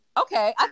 Okay